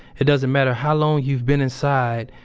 it doesn't matter how long you've been inside,